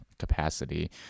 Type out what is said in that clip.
capacity